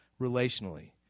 relationally